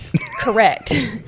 correct